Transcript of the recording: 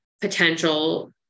potential